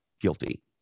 guilty